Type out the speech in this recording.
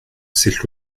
cette